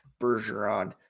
Bergeron